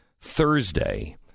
Thursday